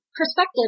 perspective